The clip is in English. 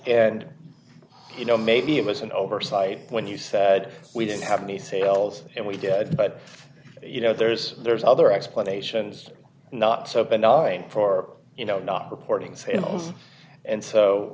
and you know maybe it was an oversight when you said we didn't have any sales and we did but you know there's there's other explanations not so banal for you know not reporting sales and so